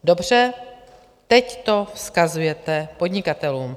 Dobře, teď to vzkazujete podnikatelům.